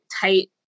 tight